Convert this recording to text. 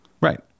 Right